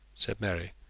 said mary.